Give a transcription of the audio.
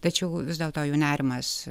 tačiau vis dėlto jų nerimas